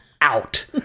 out